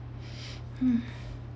mm